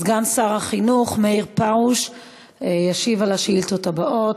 סגן שר החינוך מאיר פרוש ישיב על השאילתות הבאות.